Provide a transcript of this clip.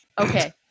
Okay